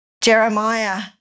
Jeremiah